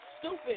stupid